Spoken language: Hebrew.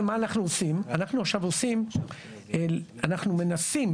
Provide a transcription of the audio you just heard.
אנחנו מנסים